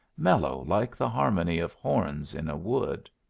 mellow like the harmony of horns in a wood.